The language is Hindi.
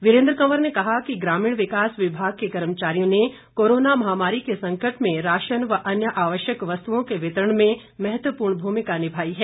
वीरेंद्र कंवर ने कहा कि ग्रामीण विकास विभाग के कर्मचारियों ने कोरोना महामारी के संकट में राशन व अन्य आवश्यक वस्तुओं के वितरण में महत्वपूर्ण भूमिका निभाई है